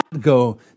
go